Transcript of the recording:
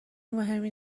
مهمی